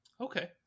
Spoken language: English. Okay